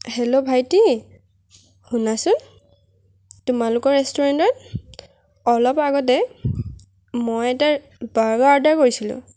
hello ভাইটি শুনাচোন তোমালোকৰ ৰেষ্টুৰেন্টত অলপ আগতে মই এটা বাৰ্গাৰ অৰ্ডাৰ কৰিছিলো